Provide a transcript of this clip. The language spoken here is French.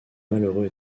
malheureux